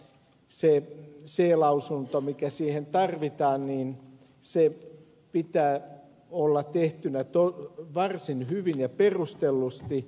sen c lausunnon mikä siihen tarvitaan pitää olla tehtynä varsin hyvin ja perustellusti